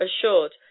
assured